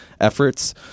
efforts